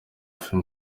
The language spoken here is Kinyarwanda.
film